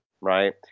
right